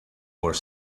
were